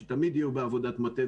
שתמיד יהיו בעבודת מטה,